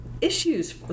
issues